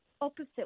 opposite